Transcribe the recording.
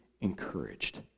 encouraged